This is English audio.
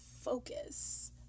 focus